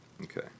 Okay